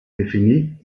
definì